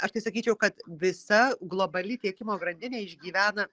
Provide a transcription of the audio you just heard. aš tai sakyčiau kad visa globali tiekimo grandinė išgyvena